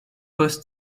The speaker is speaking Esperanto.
post